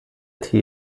tee